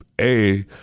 A-